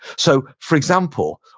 so for example,